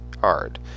hard